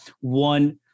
one